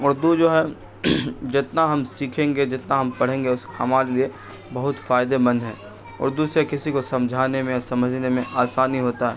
اردو جو ہے جتنا ہم سیکھیں گے جتنا ہم پڑھیں گے اس ہمارے لیے بہت فائدےمند ہے اردو سے کسی کو سمجھانے میں سمجھنے میں آسانی ہوتا